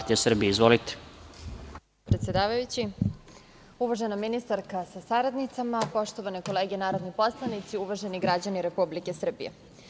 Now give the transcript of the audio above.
Uvaženi predsedavajući, uvažena ministarka sa saradnicama, poštovane kolege narodni poslanici, uvaženi građani Republike Srbije.